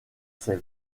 ses